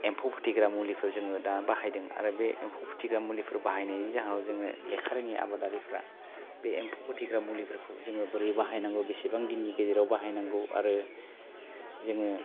एम्फौ फोथैग्रा मुलिखौ जोङो दा बाहायदों आरो बे एम्फौ फोथैग्रा मुलिफोर बाहायनायनि जाहोनाव जोङो लेखा रोङि आबादारिफ्रा बे एम्फौ फोथैग्रा मुलिफोरखौ जोङो बोरै बाहायनांगौ बेसेबां दिननि गेजेराव बाहायनांगौ आरो जोङो